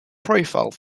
profile